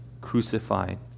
crucified